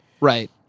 Right